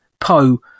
Poe